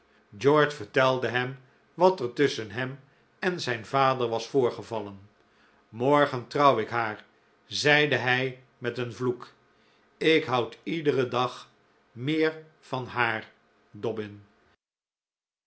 george vertelde hem wat er tusschen hem en zijn vader was voorgevallen morgen trouw ik haar zeide hij met een vloek ik houd iederen dag meer van haar